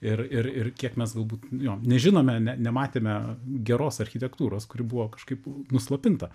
ir ir ir kiek mes galbūt jo nežinome ne nematėme geros architektūros kuri buvo kažkaip nuslopinta